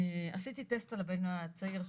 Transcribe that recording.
עשיתי טסט לבן הצעיר שלי.